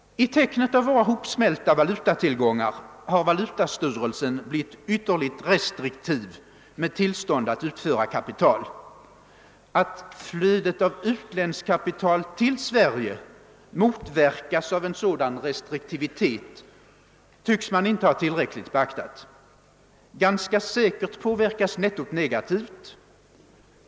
I tecknet av våra hopsmälta valutatillgångar har valutastyrelsen blivit ytterligt restriktiv med tillstånd att utföra kapital. Att flödet av utländskt kapital till Sverige motverkas av en sådan re striktivitet tycks man inte ha tillräckligt beaktat. Ganska säkert påverkas nettot negativt.